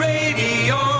Radio